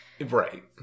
Right